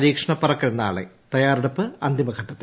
പരീക്ഷണപ്പറക്കൽ നാളെ തയ്യാറെടുപ്പ് അന്തിമ ഘട്ടത്തിൽ